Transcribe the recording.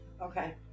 Okay